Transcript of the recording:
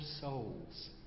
souls